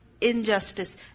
injustice